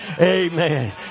amen